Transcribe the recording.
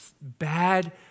bad